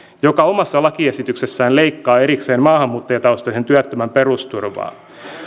joka omassa lakiesityksessään leikkaa erikseen maahanmuuttajataustaisen työttömän perusturvaa